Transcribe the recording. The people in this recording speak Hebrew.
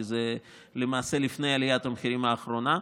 כי זה למעשה לפני עליית המחירים האחרונה,